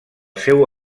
seu